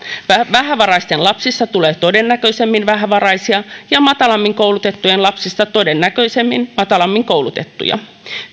vähävaraisten lapsista tulee todennäköisemmin vähävaraisia ja matalammin koulutettujen lapsista todennäköisemmin matalammin koulutettuja